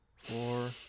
four